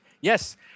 Yes